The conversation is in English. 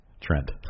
Trent